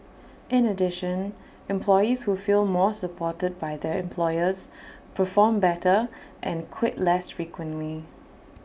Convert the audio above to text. in addition employees who feel more supported by their employers perform better and quit less frequently